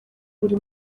buri